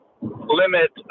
limit